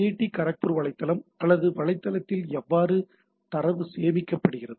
D Kharagpur வலைத்தளம் அல்லது வலை சேவையகத்தில் எவ்வாறு தரவு சேமிக்கப்படுகிறது